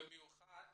במיוחד